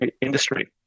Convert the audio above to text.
industry